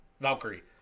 Valkyrie